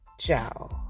Ciao